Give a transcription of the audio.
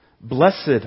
blessed